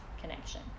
connection